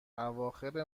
اواخر